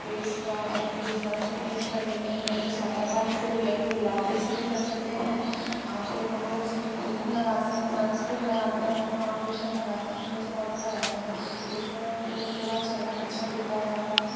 face wash face wash से clean कर लेते हैं नहीं तो सादे पानी से भी या फिर गुलाब जल से भी कर सकते हैं या फिर हम लोग उसमें क्रीम लगाते हैं सन क्रीम लगाते हैं फाऊँडेशन लगाते हैं फेस पाउडर लगाते हैं इससे फिर उसके बाद चेहरा अच्छा दिखता है